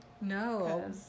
No